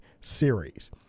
series